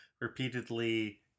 repeatedly